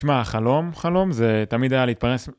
תשמע החלום חלום זה תמיד היה להתפרנס...